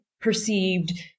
perceived